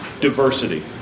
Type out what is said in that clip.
diversity